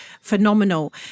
phenomenal